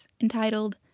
entitled